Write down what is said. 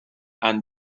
and